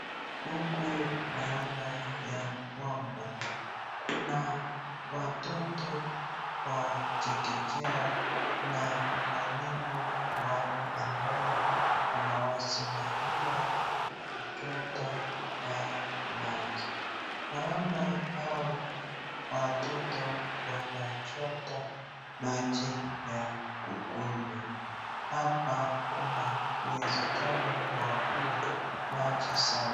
Huku naona ya kwamba kuna watoto wa chekechea na mwalimu wao ambao anawasimamia kuchota maji naona hao watoto wanachota maji ya kukunywa hapa kuna uwezekano wa kuwa maji sawa.